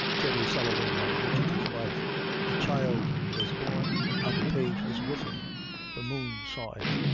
jerry sullivan, and bridget, his wife a child was born, and a page was written the moon saw it,